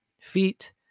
feet